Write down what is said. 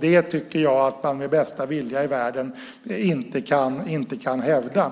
Det tycker jag inte att man med bästa vilja i världen kan hävda.